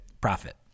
profit